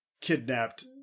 kidnapped